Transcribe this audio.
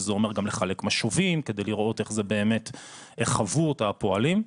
שזה אומר גם לחלק משובים כדי לראות איך עברו אותה הפועלים,